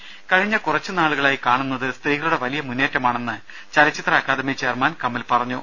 ദുദ കഴിഞ്ഞ കുറച്ചു നാളുകളായി കാണുന്നത് സ്ത്രീകളുടെ വലിയ മുന്നേറ്റമാണെന്ന് ചലച്ചിത്ര അക്കാദമി ചെയർമാൻ കമൽ പറഞ്ഞു